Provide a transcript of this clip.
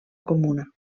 comuna